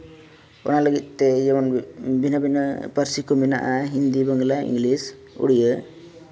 ᱚᱱᱟ ᱞᱟᱹᱜᱤᱫᱛᱮ ᱡᱮᱢᱚᱱ ᱵᱷᱤᱱᱟᱹ ᱵᱷᱤᱱᱟᱹ ᱯᱟᱹᱨᱥᱤ ᱠᱚ ᱢᱮᱱᱟᱜᱼᱟ ᱦᱤᱱᱫᱤ ᱵᱟᱝᱞᱟ ᱤᱝᱞᱤᱥ ᱩᱲᱤᱭᱟᱹ